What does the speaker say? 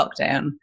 lockdown